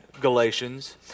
Galatians